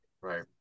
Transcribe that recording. Right